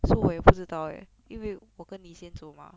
so 我也不知道 eh 因为我跟你先走 mah